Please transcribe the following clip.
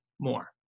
more